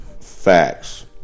facts